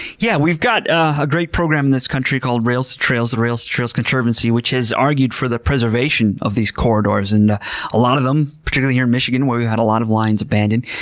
yeah we've got a great program in this country called the rails-to-trails conservancy, which has argued for the preservation of these corridors. and a lot of them, particularly here in michigan where we've had a lot of lines abandoned,